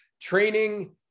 training